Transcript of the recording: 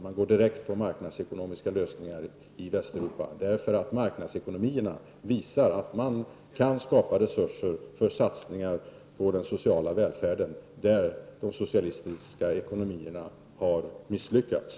Man går direkt på marknadsekonomiska lösningar i Östeuropa, eftersom marknadsekonomierna visar att det går att skapa resurser för satsningar på den sociala välfärden, där de socialistiska ekonomierna har misslyckats.